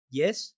yes